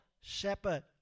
shepherd